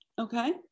okay